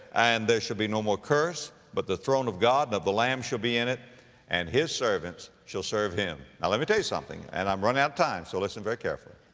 and there shall be no more curse but the throne of god and of the lamb shall be in it and his servants shall serve him. now let me tell you something, and i'm running out of time so listen very carefully.